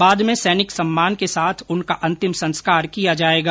बाद में सैनिक सम्मान के साथ उनका अंतिम संस्कार किया जाएगा